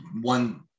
one